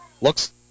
looks